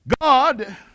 God